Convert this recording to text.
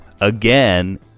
again